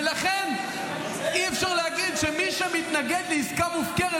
ולכן אי-אפשר להגיד שמי מתנגד לעסקה מופקרת,